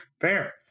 Fair